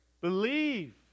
believe